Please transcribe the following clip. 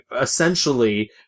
essentially